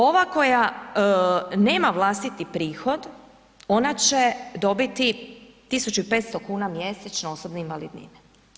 Ova koja nema vlastiti prihod, ona će dobiti 1500 kn mjesečno osobne invalidnine.